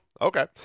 okay